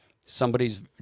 somebody's